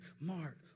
Mark